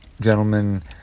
Gentlemen